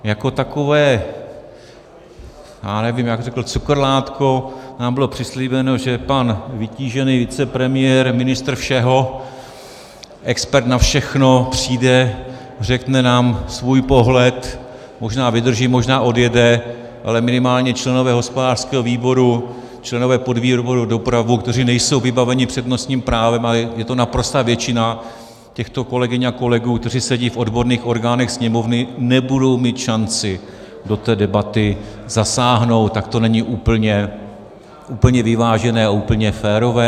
Jako takové řekl bych cukrlátko nám bylo přislíbeno, že pan vytížený vicepremiér, ministr všeho, expert na všechno, přijde, řekne nám svůj pohled, možná vydrží, možná odjede, ale minimálně členové hospodářského výboru, členové podvýboru pro dopravu, kteří nejsou vybaveni přednostním právem, a je to naprostá většina těchto kolegyň a kolegů, kteří sedí v odborných orgánech Sněmovny, nebudou mít šanci do té debaty zasáhnout, tak to není úplně vyvážené a úplně férové.